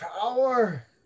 power